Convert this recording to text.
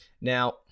Now